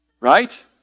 right